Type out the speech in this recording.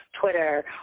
Twitter